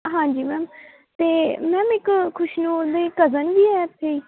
ਹਾਂਜੀ ਮੈਮ ਅਤੇ ਮੈਮ ਇੱਕ ਖੁਸ਼ਨੂਰ ਦੇ ਕਜ਼ਨ ਵੀ ਹੈ ਇੱਥੇ ਹੀ